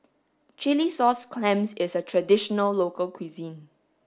chilli sauce clams is a traditional local cuisine